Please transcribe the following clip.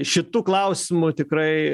šitu klausimu tikrai